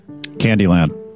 Candyland